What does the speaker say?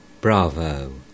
bravo